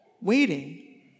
Waiting